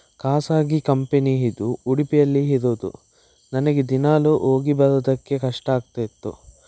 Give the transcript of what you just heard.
ಖಾಸಗಿ ಕಂಪೆನಿ ಇದು ಉಡುಪಿಯಲ್ಲಿ ಇರೋದು ನನಗೆ ದಿನಾಲೂ ಹೋಗಿ ಬರೋದಕ್ಕೆ ಕಷ್ಟ ಆಗ್ತಾ ಇತ್ತು